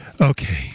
okay